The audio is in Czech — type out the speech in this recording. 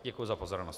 Děkuji za pozornost.